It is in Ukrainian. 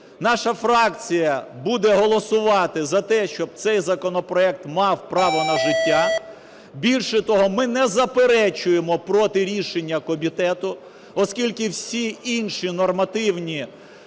Наша фракція буде голосувати за те, щоб цей законопроект мав право на життя. Більше того, ми не заперечуємо проти рішення комітету, оскільки всі інші нормативні